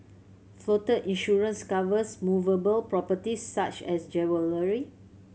floater insurance covers movable properties such as jewellery